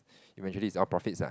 eventually is your profit lah